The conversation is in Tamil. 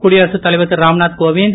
குடியரசுத் தலைவர் திருராம்நாத்கோவித்த்